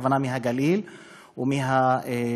הכוונה מהגליל ומהמשולש